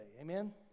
Amen